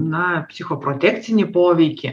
na psichoprotekcinį poveikį